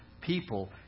people